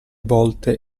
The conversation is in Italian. volte